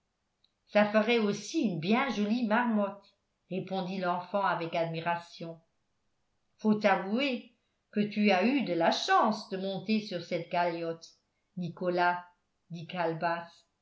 ça ferait aussi une bien jolie marmotte répondit l'enfant avec admiration faut avouer que tu as eu de la chance de monter sur cette galiote nicolas